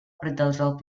продолжал